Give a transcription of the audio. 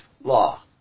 law